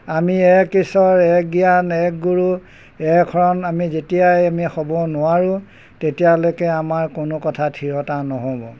আমি এক ঈশ্বৰ এক জ্ঞান এক গুৰু এই আখৰন আমি যেতিয়াই আমি হ'ব নোৱাৰোঁ তেতিয়ালৈকে আমাৰ কোনো কথা থিৰতা নহ'ব